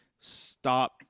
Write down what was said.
stop